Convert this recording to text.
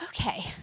okay